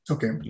Okay